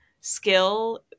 skill